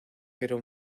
pero